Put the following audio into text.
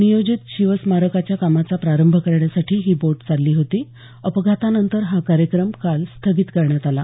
नियोजित शिवस्मारकाच्या कामाचा प्रारंभ करण्यासाठी ही बोट चालली होती अपघातानंतर हा कार्यक्रम काल स्थगित करण्यात आला